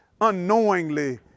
unknowingly